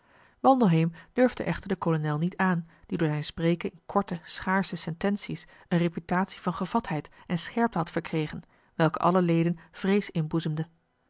wandelheem durfde echter den kolonel niet aan die door zijn spreken in korte schaarsche sententie's een reputatie van gevatheid en scherpte had verkregen welke allen leden vrees inboezemde